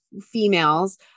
females